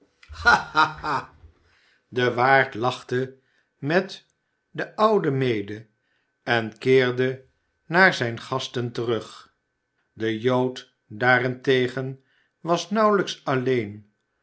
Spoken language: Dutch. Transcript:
de waard lachte met den oude mede en keerde naar zijne gasten terug de jood daarentegen was nauwelijks alleen